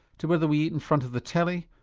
to whether we eat in front of the telly,